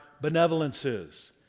benevolences